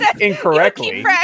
incorrectly